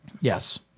Yes